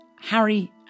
Harry